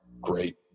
great